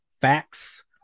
facts